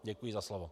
Děkuji za slovo.